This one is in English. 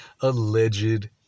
alleged